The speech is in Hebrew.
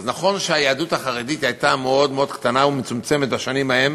אז נכון שהיהדות החרדית הייתה מאוד מאוד קטנה ומצומצמת בשנים ההן,